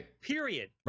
Period